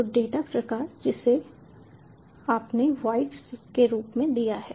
तो डेटा प्रकार जिसे आपने वॉइड के रूप में दिया है